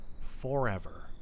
forever